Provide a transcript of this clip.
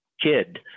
kid